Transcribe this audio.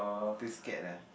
too scared lah